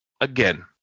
again